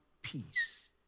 peace